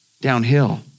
downhill